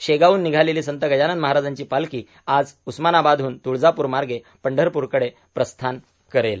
शेगावहून निघालेली संत गजानन महाराजांची पालखी आज उस्मनाबादहून तुळजापूरमार्गे पंढरपूरकडे प्रस्थान करेल